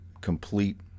complete